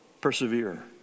persevere